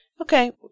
Okay